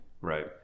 Right